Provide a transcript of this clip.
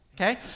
okay